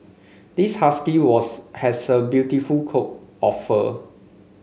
this husky was has a beautiful coat of fur